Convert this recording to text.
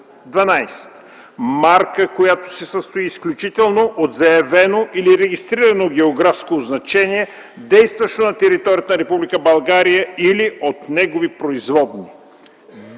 „12. марка, която се състои изключително от заявено или регистрирано географско означение, действащо на територията на Република България или от негови производни;”